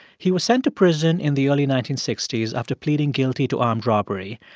he was sent to prison in the early nineteen sixty s after pleading guilty to armed robbery.